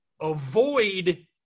avoid